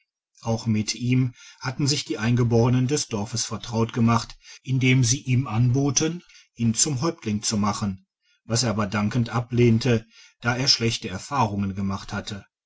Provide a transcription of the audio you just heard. auch mit ihm hatten sich die eingeborenen des dorfes vertraut gemacht indem sie ihm anboten ihn zum häuptling zu machen was er aber dankend ablehnte da er schlechte erfahrungen gemacht hatte